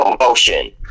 Emotion